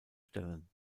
stellen